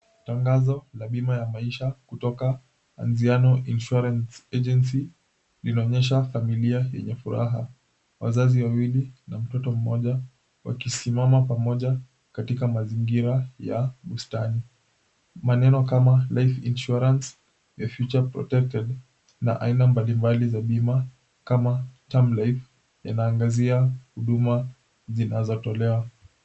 Tangazo la bima ya maisha kutoka Anziano Insurance Agency linaonyesha familia yenye furaha. Wazazi wawili na mtoto mmoja wakisimama pamoja katika mazingira ya bustani. Maneno kama, Life Insurance Your Future Protected, na aina mbalimbali za bima kama, Term Life, inaangazia huduma zinazotolewa.